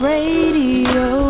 Radio